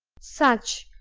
such,